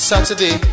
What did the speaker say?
Saturday